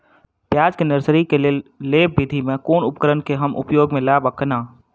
प्याज केँ नर्सरी केँ लेल लेव विधि म केँ कुन उपकरण केँ हम उपयोग म लाब आ केना?